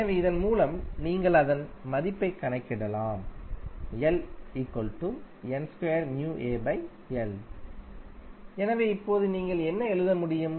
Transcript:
எனவே இதன் மூலம் நீங்கள் அதன் மதிப்பைக் கணக்கிடலாம் எனவே இப்போது நீங்கள் என்ன எழுத முடியும்